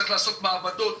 צריך לעשות מעבדות,